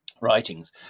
writings